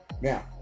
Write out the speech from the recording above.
Now